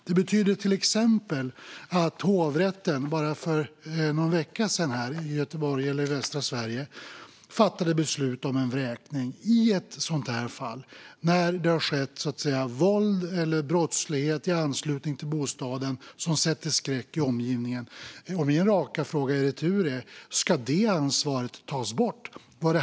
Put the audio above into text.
Det betyder till exempel att Hovrätten för Västra Sverige, i Göteborg, för någon vecka sedan fattade beslut om en vräkning i ett fall när det hade skett våld eller brottslighet i anslutning till bostaden som satte skräck i omgivningen. Min raka fråga i retur är: Ska det ansvaret tas bort?